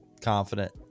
confident